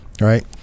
right